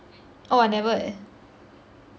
oh I never eh